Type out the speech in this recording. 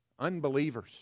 unbelievers